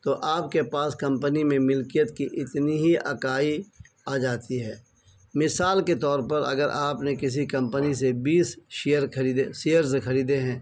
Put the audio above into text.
تو آپ کے پاس کمپنی میں ملکیت کی اتنی ہی اکائی آ جاتی ہے مثال کے طور پر اگر آپ نے کسی کمپنی سے بیس شیئر خریدے شیئرز خریدے ہیں